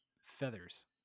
feathers